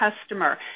customer